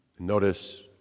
Notice